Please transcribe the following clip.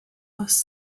bus